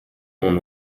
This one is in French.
mon